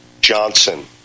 Johnson